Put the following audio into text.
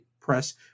press